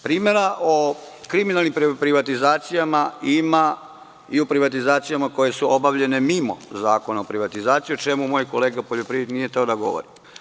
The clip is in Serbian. Primera o kriminalnim privatizacijama ima i u privatizacijama koje su obavljene mimo Zakona o privatizaciji, o čemu moj kolega poljoprivrednik nije hteo da govori.